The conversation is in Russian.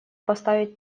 поставить